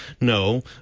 No